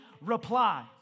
reply